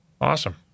awesome